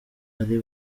ari